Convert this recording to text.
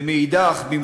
ומאידך גיסא,